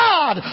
God